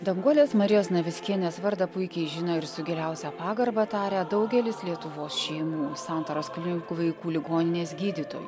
danguolės marijos navickienės vardą puikiai žino ir su giliausia pagarba taria daugelis lietuvos šeimų santaros klinikų vaikų ligoninės gydytojų